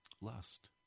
Lust